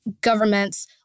governments